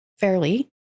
fairly